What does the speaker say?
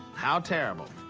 how terrible.